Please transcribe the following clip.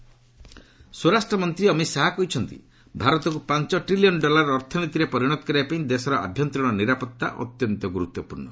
ଅମିତ ଶାହା ସ୍ୱରାଷ୍ଟ୍ର ମନ୍ତ୍ରୀ ଅମିତ ଶାହା କହିଛନ୍ତି ଭାରତକୁ ପାଞ୍ଚ ଟ୍ରିଲିୟନ୍ ଡଲାର୍ ଅର୍ଥନୀତିରେ ପରିଣତ କରିବା ପାଇଁ ଦେଶର ଆଭ୍ୟନ୍ତରୀଣ ନିରାପତ୍ତା ଅତ୍ୟନ୍ତ ଗୁରୁତ୍ୱପୂର୍୍ଣ୍ଣ